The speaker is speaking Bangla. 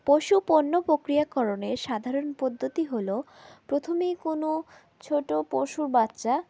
পশু পণ্য প্রক্রিয়াকরণের সাধারণ পদ্ধতি হল প্রথমেই কোনও ছোট পশু বাচ্চা